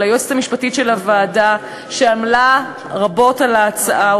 ליועצת המשפטית של הוועדה שעמלה רבות על ההצעה,